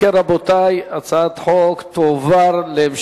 ההצעה להעביר את הצעת חוק העונשין (תיקון